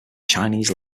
chinese